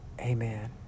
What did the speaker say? amen